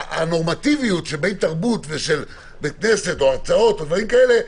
הנורמטיביות של בית תרבות ושל בית כנסת או הרצאות או דברים כאלה,